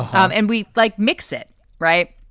um and we, like, mix it right.